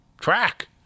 Track